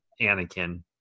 Anakin